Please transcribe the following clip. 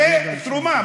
זה תרומה.